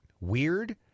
weird